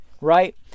right